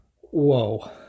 Whoa